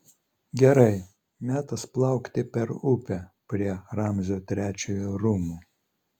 gerai metas plaukti per upę prie ramzio trečiojo rūmų